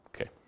Okay